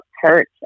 hurt